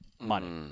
Money